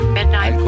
Midnight